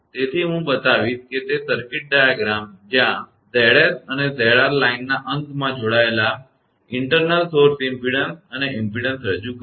તેથી હું બતાવીશ કે તે સર્કિટ ડાયાગ્રામ જ્યાં 𝑍𝑠 અને 𝑍𝑟 લાઇનના અંતમાં જોડાયેલ આંતરિક સ્રોત ઇમપેડન્સ અને ઇમપેડન્સ રજૂ કરે છે